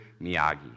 Miyagi